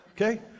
okay